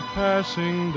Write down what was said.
passing